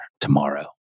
tomorrow